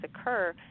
occur